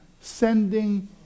sending